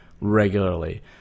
regularly